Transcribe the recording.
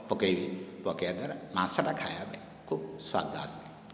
ପକାଇବି ପକାଇବା ଦ୍ଵାରା ମାଂସଟା ଖାଇବା ପାଇଁ ଖୁବ୍ ସ୍ଵାଦ ଆସେ